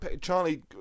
Charlie